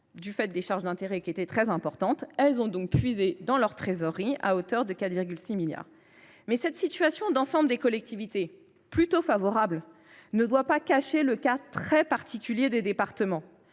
– car les charges d’intérêts étaient considérables. Elles ont puisé dans leur trésorerie à hauteur de 4,6 milliards d’euros. Cette situation d’ensemble des collectivités, plutôt favorable, ne doit pas cacher le cas, très particulier, des départements.